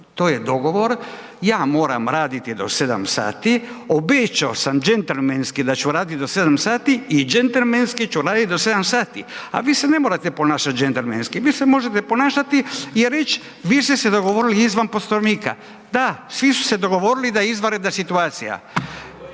to je dogovor. Ja moram raditi do 7 sati, obećao sam džentlmenski da ću raditi do 7 sati i džentlmenski ću raditi do 7 sati. A vi se ne morate ponašat džentlmenski, vi se možete ponašati i reć vi ste se dogovorili izvan Poslovnika. Da, svi su se dogovorili da je izvanredna situacija.